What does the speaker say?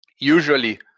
Usually